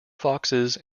foxes